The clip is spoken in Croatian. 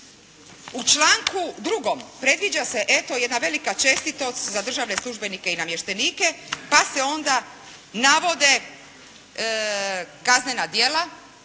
U članku 2. predviđa se eto jedna velika čestitost za državne službenike i namještenike pa se onda navode kaznena djela